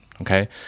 okay